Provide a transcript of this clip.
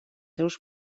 seus